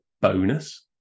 bonus